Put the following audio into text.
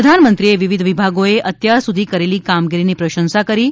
પ્રધાનમંત્રીએ વિવિધ વિભાગોએ અત્યાર સુધી કરેલી કામગીરીની પ્રશંસા કરી હતી